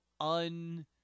un